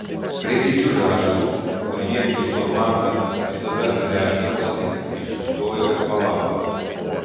prie didžiulio ąžuolo kur jiedvi su amanda visada gręždavosi ji sustojo ir palaukė